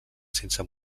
sense